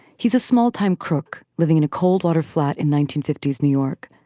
he's a small time crook living in a cold water flat in nineteen fifty s new york.